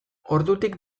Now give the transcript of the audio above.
ordutik